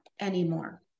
anymore